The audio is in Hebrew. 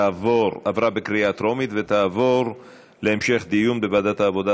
עברה בקריאה טרומית ותעבור להמשך דיון בוועדת העבודה,